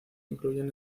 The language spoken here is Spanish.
incluyen